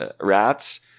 rats